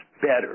better